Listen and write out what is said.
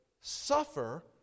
Suffer